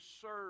serve